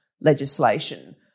legislation